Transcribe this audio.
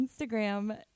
Instagram